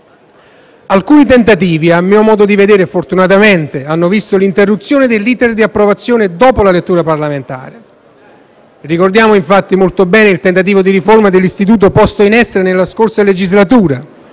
Alcuni tentativi - a mio modo di vedere fortunatamente - hanno visto l'interruzione dell'*iter* di approvazione dopo la lettura parlamentare. Ricordiamo infatti molto bene il tentativo di riforma dell'istituto posto in essere nella scorsa legislatura,